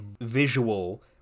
visual